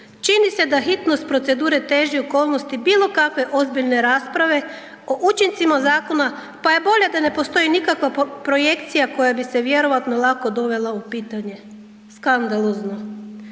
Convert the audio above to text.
Čini se da hitnost procedure teži okolnosti bilo kakve ozbiljne rasprave o učincima zakona, pa je bolje da ne postoji nikakva projekcija koja bi se vjerojatno lako dovela u pitanje, skandalozno.